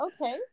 Okay